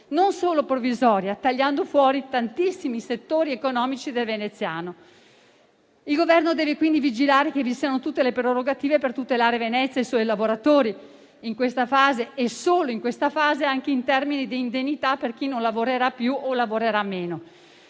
non solo provvisoria, tagliando fuori tantissimi settori economici del veneziano. Il Governo deve, quindi, vigilare che vi siano tutte le prerogative per tutelare Venezia e i suoi lavoratori, in questa fase e solo in questa fase, anche in termini di indennità, per chi non lavorerà più o lavorerà meno.